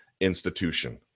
institution